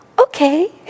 Okay